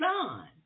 son